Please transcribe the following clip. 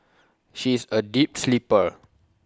she is A deep sleeper